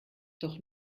doch